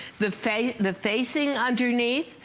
the facing the facing underneath.